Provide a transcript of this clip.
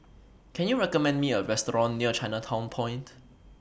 Can YOU recommend Me A Restaurant near Chinatown Point